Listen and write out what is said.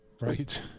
Right